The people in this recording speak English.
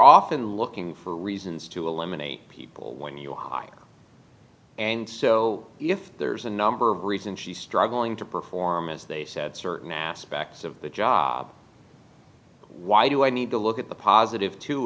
often looking for reasons to eliminate people when you and so if there's a number of reasons she's struggling to perform as they said certain aspects of the job why do i need to look at the positive too